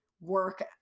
work